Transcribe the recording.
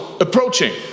approaching